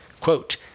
Quote